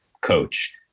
coach